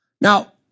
Now